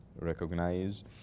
recognize